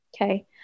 Okay